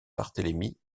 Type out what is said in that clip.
barthélémy